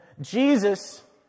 Jesus